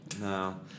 No